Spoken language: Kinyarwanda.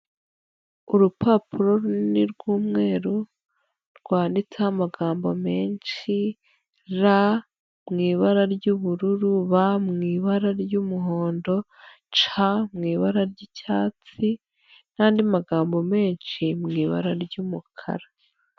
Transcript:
Urupapuro runini rw'umweru rwanditseho amagambo menshi "r" mu ibara ry'ubururu "b" mu ibara ry'umuhondo "c" mu ibara ry'icyatsi n'andi magambo menshi mu ibara ry'umukara.